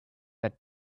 that